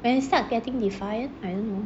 when they start getting defiant I don't know